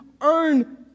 earn